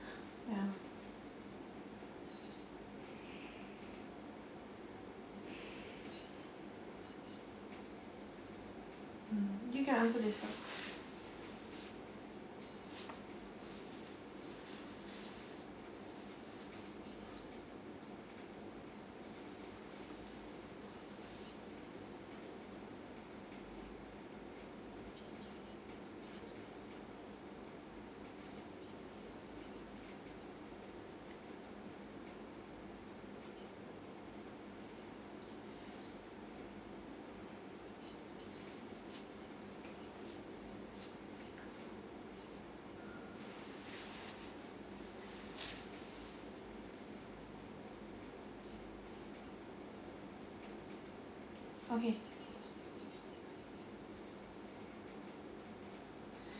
ya mm you can answer this first okay